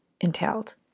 entailed